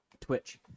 Twitch